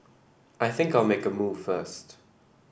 I think I'll make a move first